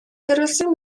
зориулсан